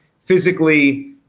physically